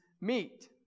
meet